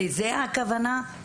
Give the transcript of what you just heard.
לזאת הכוונה?